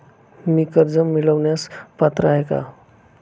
मी कर्ज मिळवण्यास पात्र आहे का?